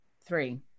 three